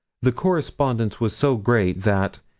the correspondence was so great that,